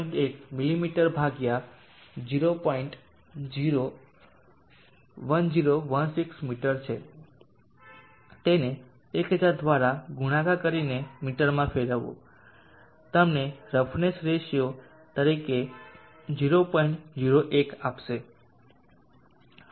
1 મીમી ભાગ્યા 01016 મીટર છે તેને 1000 દ્વારા ગુણાકાર કરીને મીટરમાં ફેરવવું તમને રફનેસ રેશિયો તરીકે 0